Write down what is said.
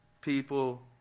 people